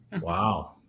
Wow